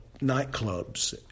nightclubs